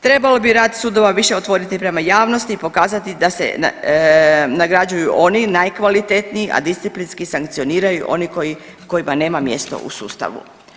Trebalo bi rad sudova više otvoriti prema javnosti i pokazati da se nagrađuju oni najkvalitetniji, a disciplinski sankcioniraju oni kojima nema mjesta u sustavu.